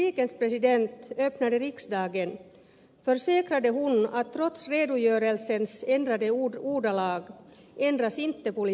när republikens president öppnade riksdagen försäkrade hon att trots redogörelsens ändrade ordalag ändras inte politiken